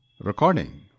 Recording